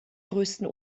größten